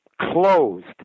closed